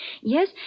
Yes